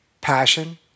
passion